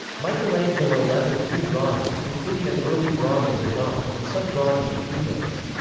michelangelo left a few drawings, including an early drawing of the dome, and some drawings of details.